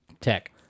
Tech